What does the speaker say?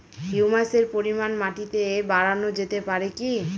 হিউমাসের পরিমান মাটিতে বারানো যেতে পারে কি?